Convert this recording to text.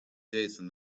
jason